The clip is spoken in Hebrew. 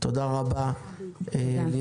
תודה רבה לירן.